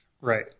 Right